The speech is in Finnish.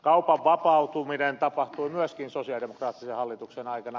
kaupan vapautuminen tapahtui myöskin sosialidemokraattisen hallituksen aikana